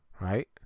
right